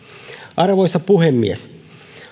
arvoisa puhemies